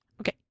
Okay